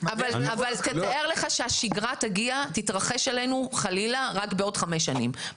תאר לעצמך שהשגרה תתרחש עלינו חלילה רק בעוד 5 שנם.